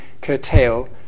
curtail